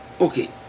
Okay